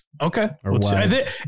Okay